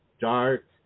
dark